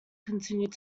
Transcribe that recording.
continued